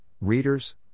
readers